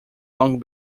long